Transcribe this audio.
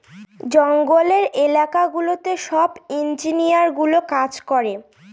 জঙ্গলের এলাকা গুলোতে সব ইঞ্জিনিয়ারগুলো কাজ করে